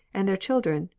and their children,